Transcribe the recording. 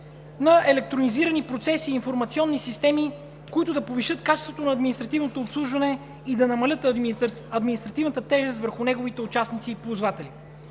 на електронизирани процеси и информационни системи, които да повишат качеството на административното обслужване и да намалят административната тежест върху неговите участници и ползватели.